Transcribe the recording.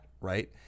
right